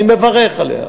אני מברך על כך